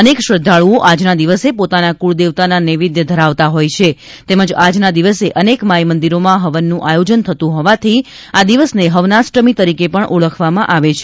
અનેક શ્રદ્ધાળુઓ આજના દિવસે પોતાના કુળદેવતાના નેવૈદ્ય ધરાવતાં હોય છે તેમજ આજના દિવસે અનેક માઇ મંદિરોમાં હવનનું આયોજન થતુ હોવાથી આ દિવસને ફવનાષ્ટમી તરીકે પણ ઓળખવામાં આવે છે